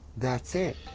that's it!